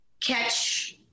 catch